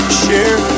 share